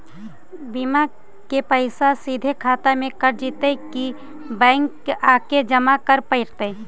बिमा के पैसा सिधे खाता से कट जितै कि बैंक आके जमा करे पड़तै?